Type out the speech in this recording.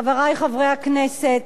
חברי חברי הכנסת,